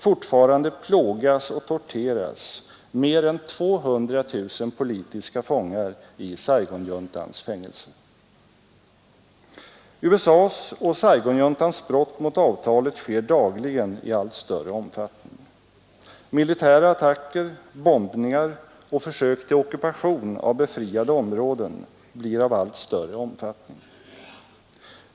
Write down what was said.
Fortfarande plågas och torteras mer än 200 000 politiska fångar i Saigonjuntans fängelser. USAs och Saigonjuntans brott mot avtalet sker dagligen i allt större utsträckning. Militära attacker, bombningar och försök till ockupation av befriade områden blir av allt större omfattning.